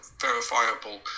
verifiable